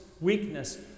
weakness